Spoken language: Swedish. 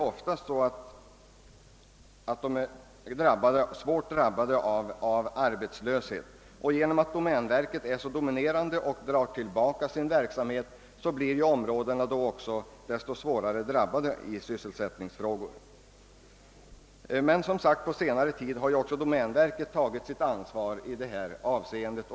Skogsallmänningarna har, efter vad jag vet, en skogspolitisk målsättning som inrymmer ansvar för framtiden. Man skördar och man sår. Man sörjer för en god reproduktion av skogsbeståndet.